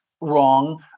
wrong